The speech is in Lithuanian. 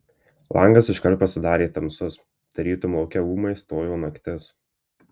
langas iškart pasidarė tamsus tarytum lauke ūmai stojo naktis